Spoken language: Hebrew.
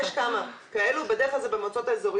אז יש כמה כאלו, ובדרך כלל זה במועצות האזוריות.